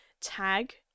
tag